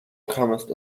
comest